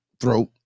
throat